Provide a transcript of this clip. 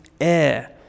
air